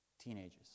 teenagers